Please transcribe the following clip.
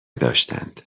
داشتند